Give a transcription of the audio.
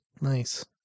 Nice